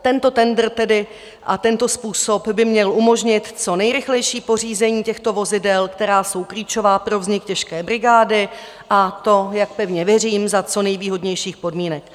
Tento tendr tedy a tento způsob by měl umožnit co nejrychlejší pořízení těchto vozidel, která jsou klíčová pro vznik těžké brigády, a to, jak pevně věřím, za co nejvýhodnějších podmínek.